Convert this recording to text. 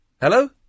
Hello